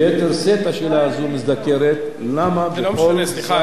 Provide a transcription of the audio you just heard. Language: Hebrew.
למה בכל זאת,